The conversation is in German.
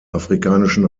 afrikanischen